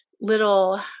little